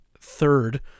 third